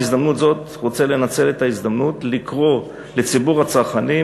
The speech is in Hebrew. בהזדמנות זאת רוצה לנצל את ההזדמנות לקרוא לציבור הצרכנים